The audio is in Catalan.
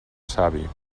savi